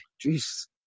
Jesus